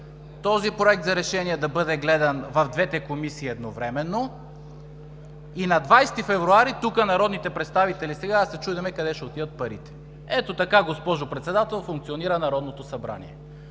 този проект за решение да бъде гледан в двете комисии едновременно и на 20 февруари тук народните представители сега да се чудим къде ще отидат парите! Ето така, госпожо Председател, функционира Народното събрание!